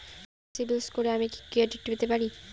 কম সিবিল স্কোরে কি আমি ক্রেডিট পেতে পারি?